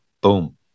Boom